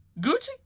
Gucci